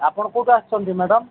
ଆପଣ କୋଉଠୁ ଆସିଛନ୍ତି ମ୍ୟାଡମ୍